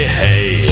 hey